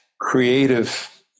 creative